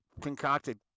concocted